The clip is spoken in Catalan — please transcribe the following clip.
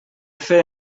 fer